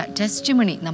testimony